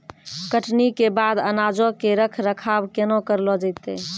कटनी के बाद अनाजो के रख रखाव केना करलो जैतै?